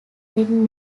then